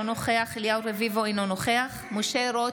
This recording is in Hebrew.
אינו נוכח אליהו רביבו, אינו נוכח משה רוט,